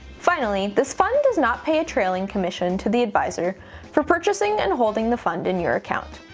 finally, this fund does not pay a trailing commission to the advisor for purchasing and holding the fund in your account.